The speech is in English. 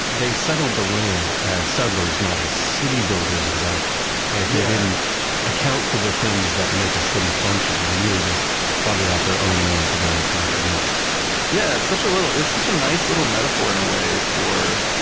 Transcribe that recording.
they settled the land as settlers, not as city builders exactly. like, they yeah didn't account for the things that make a city function. they really just plotted out their own land for their own private use yeah, it's such a little it's such a nice little metaphor in a way for,